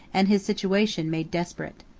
and his situation made desperate.